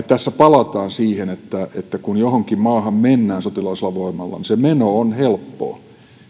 tässä palataan siihen että että kun johonkin maahan mennään sotilaallisella voimalla niin se meno on helppoa